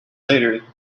later